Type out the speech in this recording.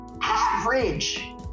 Average